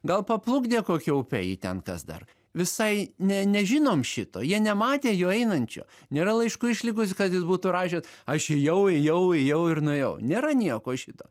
gal paplukdė kokia upe jį ten kas dar visai ne nežinom šito jie nematė jo einančio nėra laiškų išlikusių kad jis būtų rašęs aš ėjau ėjau ėjau ir nuėjau nėra nieko šito